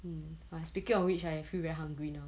um !wah! speaking of which I feel very hungry now